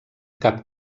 cap